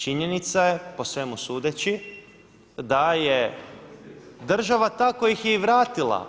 Činjenica je po svemu sudeći, da je država ta koja ih je i vratila.